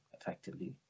effectively